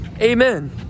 amen